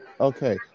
Okay